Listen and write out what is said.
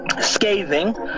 scathing